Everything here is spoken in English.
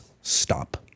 stop